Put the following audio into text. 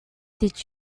did